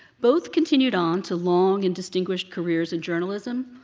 both continued on to long and distinguished careers in journalism,